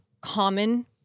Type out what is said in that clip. common